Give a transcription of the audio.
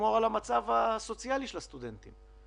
לשמור על המצב הסוציאלי של הסטודנטים.